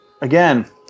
again